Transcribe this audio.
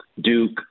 Duke